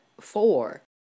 four